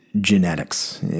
genetics